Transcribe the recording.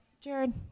Jared